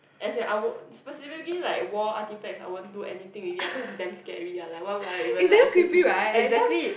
as in our specifically like war artifacts I won't do anything with it ah cause they're damn scary lah like what we are even like take it exactly